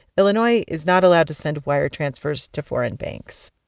illinois is not allowed to send wire transfers to foreign banks.